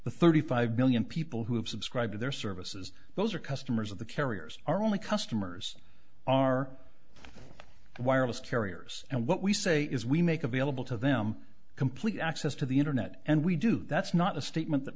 the thirty five million people who have subscribe to their services those are customers of the carriers are only customers are wireless carriers and what we say is we make available to them complete access to the internet and we do that's not a statement th